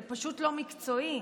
זה פשוט לא מקצועי.